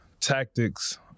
tactics